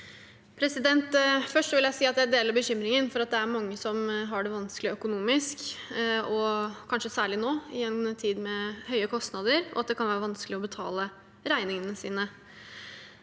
Først vil jeg si at jeg deler bekymringen for at det er mange som har det vanskelig økonomisk, kanskje særlig nå i en tid med høye kostnader, og at det kan være vanskelig å betale regningene sine.